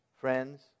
Friends